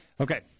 Okay